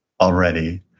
already